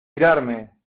tirarme